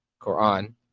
Quran